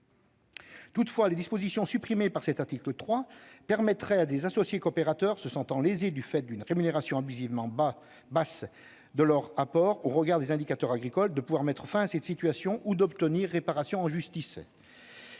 Toutefois, les dispositions supprimées par l'article 3 permettraient à des associés coopérateurs se sentant lésés du fait d'une rémunération abusivement basse de leurs apports au regard des indicateurs agricoles de pouvoir mettre fin à cette situation ou d'obtenir réparation en justice.